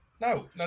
No